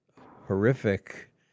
horrific